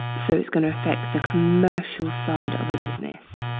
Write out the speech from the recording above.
so it's gonna affect the commercial side of a business.